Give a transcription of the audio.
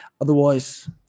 Otherwise